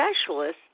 specialists